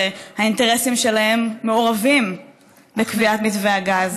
שהאינטרסים שלהם מעורבים בקביעת מתווה הגז.